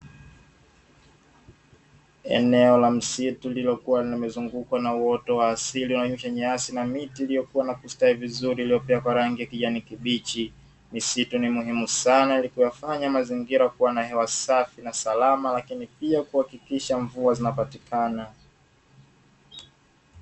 Eneo la msitu lililokuwa limezungukwa na uoto wa asili wananchi nyasi na miti iliyokuwa na kustawi vizuri iliyopea kwa rangi kijani kibichi, misitu ni muhimu sana ili kuyafanya mazingira kuwa na hewa safi na salama lakini pia kuhakikisha mvua zinapatikana.